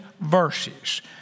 verses